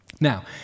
Now